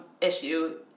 issue